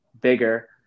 bigger